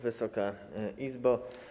Wysoka Izbo!